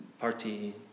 party